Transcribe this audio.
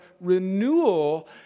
renewal